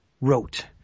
wrote